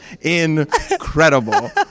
incredible